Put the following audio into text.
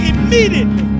Immediately